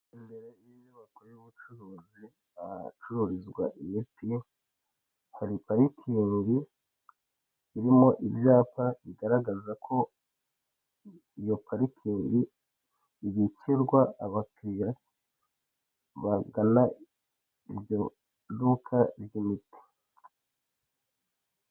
Imbere y'inyubako y'ubucuruzi, ahacururizwa imiti, hari parikingi irimo ibyapa bigaragaza ko iyo parikingi ibikirwa abakiriya bagana iryo duka ry'imiti.